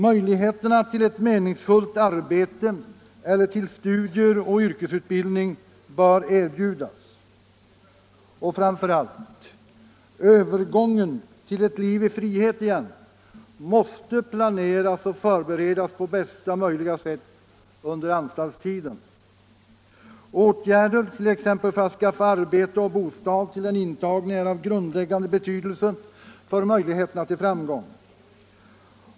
Möjligheter till ett meningsfullt arbete eller till studier och yrkesutbildning bör erbjudas, och framför allt måste övergången till ett liv i frihet igen planeras och förberedas på bästa möjliga sätt under anstaltstiden. Åtgärder t.ex. för att skaffa arbete och bostad till den intagne är av grundläggande betydelse för möjligheterna till framgång.